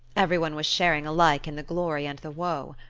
every one was sharing alike in the glory and the woe.